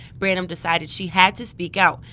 branham decided she had to speak out.